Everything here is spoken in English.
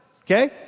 okay